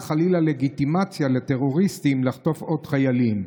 חלילה לגיטימציה לטרוריסטים לחטוף עוד חיילים.